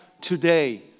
today